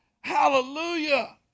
Hallelujah